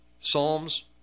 Psalms